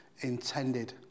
intended